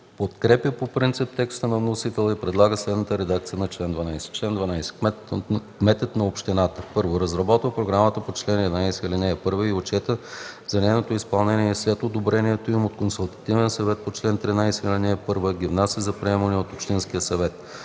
подкрепя по принцип текста на вносителя и предлага следната редакция на чл. 12: „Чл. 12. Кметът на общината: 1. разработва програмата по чл. 11, ал. 1 и отчета за нейното изпълнение и след одобрението им от консултативния съвет по чл. 13, ал. 1 ги внася за приемане от общинския съвет;